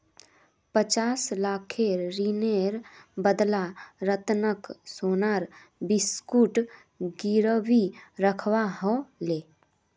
पचास लाखेर ऋनेर बदला रतनक सोनार बिस्कुट गिरवी रखवा ह ले